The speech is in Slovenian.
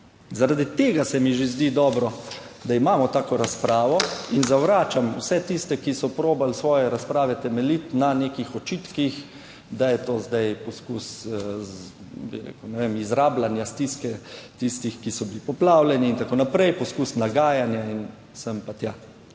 Zaradi tega se mi že zdi dobro, da imamo tako razpravo in zavračam vse tiste, ki so probali svoje razprave temeljiti na nekih očitkih, da je to zdaj poskus, bi rekel, ne vem, izrabljanja stiske tistih, ki so bili poplavljeni in tako naprej, poskus nagajanja in sem pa tja.